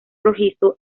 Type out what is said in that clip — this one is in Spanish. rojizo